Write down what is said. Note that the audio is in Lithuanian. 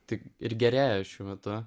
tik ir gerėja šiuo metu